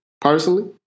Personally